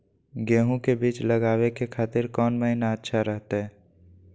गेहूं के बीज लगावे के खातिर कौन महीना अच्छा रहतय?